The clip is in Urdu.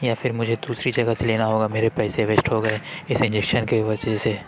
یا پھر مجھے دوسری جگہ سے لینا ہوگا میرے پیسے ویسٹ ہو گئے اس انجکشن کی وجہ سے